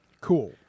cool